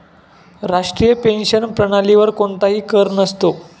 राष्ट्रीय पेन्शन प्रणालीवर कोणताही कर नसतो